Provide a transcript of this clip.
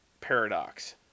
paradox